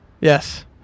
Yes